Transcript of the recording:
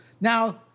Now